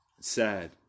Sad